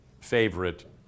favorite